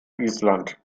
island